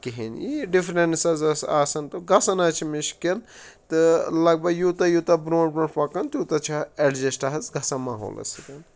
کِہیٖنۍ یی ڈِفرٮ۪نٕس حظ ٲس آسان تہٕ گژھان حظ چھِ مِشکِل تہٕ لَگ بَگ یوٗتاہ یوٗتاہ برٛونٛٹھ برٛونٛٹھ پَکان تیوٗتاہ چھِ اٮ۪ڈجَسٹ حظ گژھان ماحولَس سۭتۍ